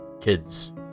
kids